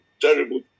terrible